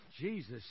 Jesus